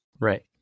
Right